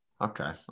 Okay